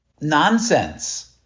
Nonsense